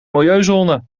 milieuzone